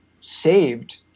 saved